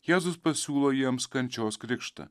jėzus pasiūlo jiems kančios krikštą